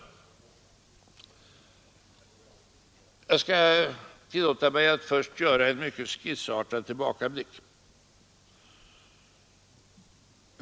Jag skall tillåta mig att först göra en mycket skissartad tillbakablick.